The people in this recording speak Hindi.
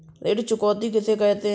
ऋण चुकौती किसे कहते हैं?